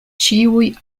ĉiuj